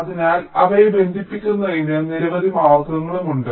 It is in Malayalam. അതിനാൽ അവയെ ബന്ധിപ്പിക്കുന്നതിന് നിരവധി മാർഗങ്ങളുണ്ട്